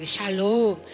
Shalom